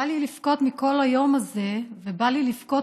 בא לי לבכות מכל היום הזה ובא לי לבכות